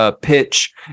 pitch